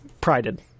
prided